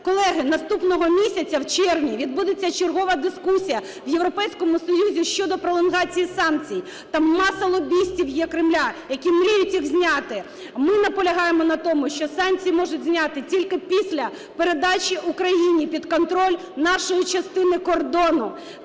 колеги, наступного місяця, в червні, відбудеться чергова дискусія в Європейському Союзі щодо пролонгації санкцій. Там маса лобістів є Кремля, які мріють їх зняти. Ми наполягаємо на тому, що санкції можуть зняти тільки після передачі Україні під контроль нашої частини кордону.